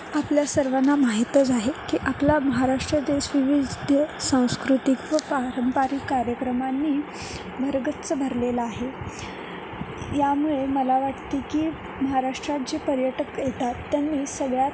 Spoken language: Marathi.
आपल्या सर्वांना माहीतच आहे की आपला महाराष्ट्र देश विविध संस्कृतिक व पारंपारिक कार्यक्रमांनी भरगच्च भरलेलं आहे यामुळे मला वाटते की महाराष्ट्रात जे पर्यटक येतात त्यांनी सगळ्यात